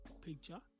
picture